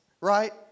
Right